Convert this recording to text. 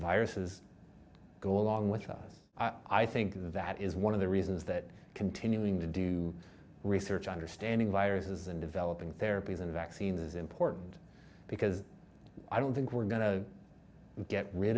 viruses that go along with us i think that is one of the reasons that continuing to do research understanding viruses and developing therapies and vaccines is important because i don't think we're going to get rid